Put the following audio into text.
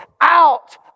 out